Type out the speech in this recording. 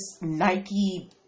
Nike